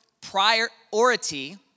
priority